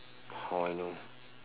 how I know